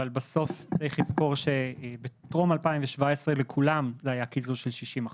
אבל בסוף צריך לזכור שבטרום 2017 לכולם זה היה קיזוז של 60%,